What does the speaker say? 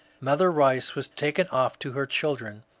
mother kice was taken off to her children,